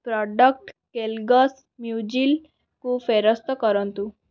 product Kellogg's ମ୍ୟୁଜିଲ୍କୁ ଫେରସ୍ତ କରନ୍ତୁ